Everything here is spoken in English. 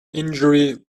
injury